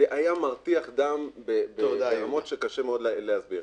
זה היה מרתיח דם ברמות שקשה מאוד להסביר.